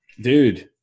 dude